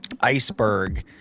Iceberg